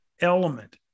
element